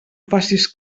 facis